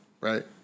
Right